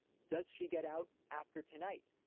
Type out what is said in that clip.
does she get out after tonight,